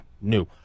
new